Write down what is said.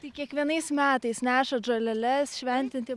tai kiekvienais metais nešat žoleles šventint į